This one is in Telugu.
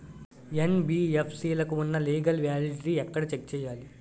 యెన్.బి.ఎఫ్.సి లకు ఉన్నా లీగల్ వ్యాలిడిటీ ఎక్కడ చెక్ చేయాలి?